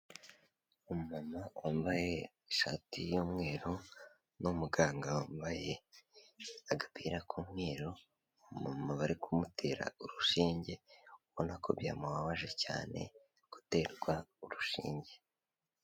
Umuntu wambaye ishati y'umweru n'umuganga wambaye agapira k'umweru, umumama bari kumutera urushinge ubona ko byamubabaje cyane guterwa urushinge.